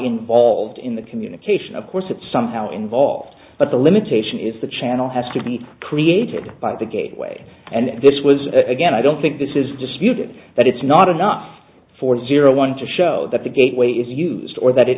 involved in the communication of course it's somehow involved but the limitation is the channel has to be created by the gateway and this was again i don't think this is disputed that it's not enough for zero one to show that the gateway is used or that it